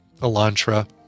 Elantra